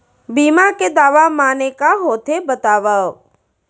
बीमा के दावा माने का होथे बतावव?